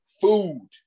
Food